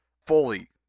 fully